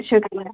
شُکرِیہَ